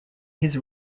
his